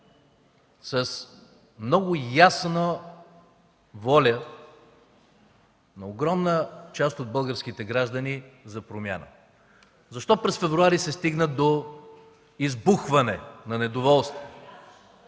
с много ясна воля на огромна част от българските граждани за промяна. Защо през месец февруари се стигна до избухване на недоволството?